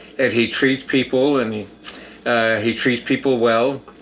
and he treats people, and he he treats people well.